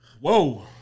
Whoa